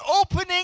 opening